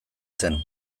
zen